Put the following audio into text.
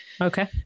Okay